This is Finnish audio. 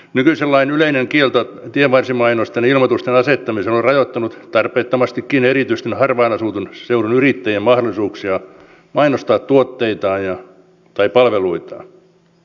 nykyisen lain yleinen kielto tienvarsimainosten ja ilmoitusten asettamiselle on rajoittanut tarpeettomastikin erityisesti harvaan asutun seudun yrittäjien mahdollisuuksia mainostaa tuotteitaan tai palveluitaan